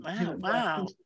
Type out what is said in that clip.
wow